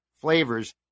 flavors